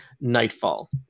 nightfall